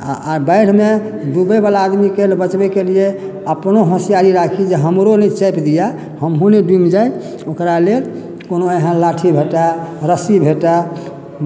आ बाढ़िमे डूबै बला आदमीके लेल बचबैके लिए अपनो होसियारी राखी जे हमरो नहि चापि दिअ हमहुँ नहि डुमि जाइ ओकरा लेल कोनो एहन लाठी भेटय रस्सी भेटय